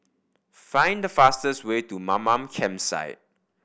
find the fastest way to Mamam Campsite